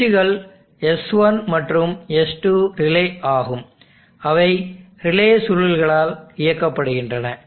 சுவிட்சுகள் S1 மற்றும் S2 relay ஆகும் அவை ரிலே சுருள்களால் இயக்கப்படுகின்றன